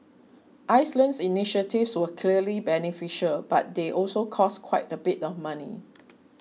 Iceland's initiatives were clearly beneficial but they also cost quite a bit of money